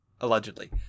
Allegedly